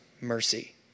mercy